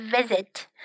visit